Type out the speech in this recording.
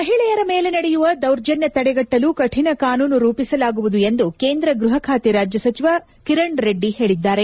ಮಹಿಳೆಯರ ಮೇಲೆ ನಡೆಯುವ ದೌರ್ಜನ್ನ ತಡೆಗಟ್ಟಲು ಕೌಣ ಕಾನೂನು ರೂಪಿಸಲಾಗುವುದು ಎಂದು ಕೇಂದ್ರ ಗೃಹ ಖಾತೆ ರಾಜ್ಯ ಸಚಿವ ಕಿರಣ್ ರೆಡಿ ಹೇಳಿದಾರೆ